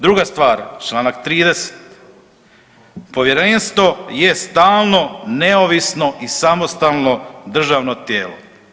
Druga stvar, čl. 30, Povjerenstvo je stalno neovisno i samostalno državno tijelo.